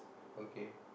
okay